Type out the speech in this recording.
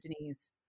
Denise